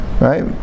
Right